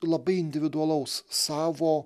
labai individualaus savo